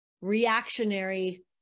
reactionary